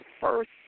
first